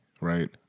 right